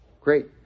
great